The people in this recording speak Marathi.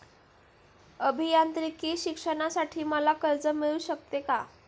अभियांत्रिकी शिक्षणासाठी मला कर्ज मिळू शकते का?